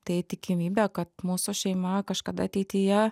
tai tikimybė kad mūsų šeima kažkada ateityje